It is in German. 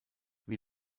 wie